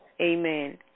amen